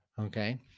Okay